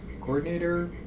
coordinator